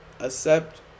Accept